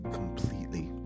completely